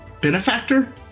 benefactor